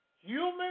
Human